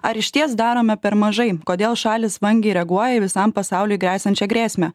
ar išties darome per mažai kodėl šalys vangiai reaguoja į visam pasauliui gresiančią grėsmę